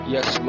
Yes